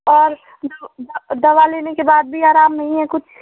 और दवा लेने के बाद भी आराम नहीं है कुछ